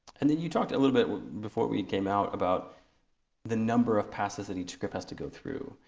and then you talked a little bit before we came out about the number of passes that each script has to go through.